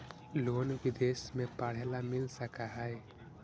Loan विदेश में पढ़ेला मिल सक हइ?